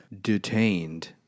detained